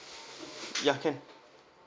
ya can